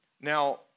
Now